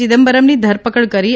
ચિદમ્બરમની ધરપકડ કરી છે